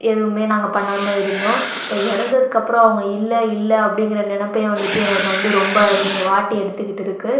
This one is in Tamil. எதுவுமே நாங்கள் பண்ணாமல் இருந்தோம் இப்போ இறந்ததுக்கு அப்புறம் அவங்க இல்லை இல்லை அப்படிங்குற நெனைப்பே வந்துவிட்டு எனக்கு வந்து ரொம்ப என்னை வாட்டி எடுத்துக்கிட்டு இருக்குது